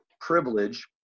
privilege